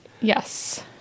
Yes